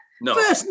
No